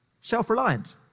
self-reliant